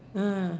ah